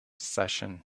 session